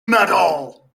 metal